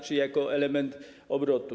Czy jako element obrotu.